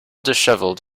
dishevelled